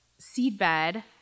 seedbed